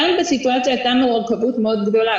כאן בסיטואציה הייתה מורכבת מאוד גדולה,